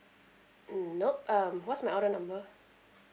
mm nope uh what's my order number